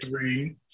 three